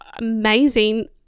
amazing